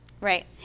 Right